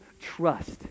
trust